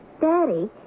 Daddy